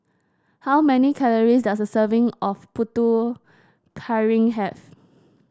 how many calories does a serving of Putu Piring have